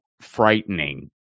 frightening